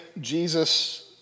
Jesus